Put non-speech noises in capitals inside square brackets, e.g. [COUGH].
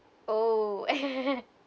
oh [LAUGHS]